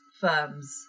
firms